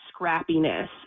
scrappiness